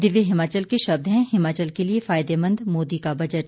दिव्य हिमाचल के शब्द हैं हिमाचल के लिए फायदेमंद मोदी का बजट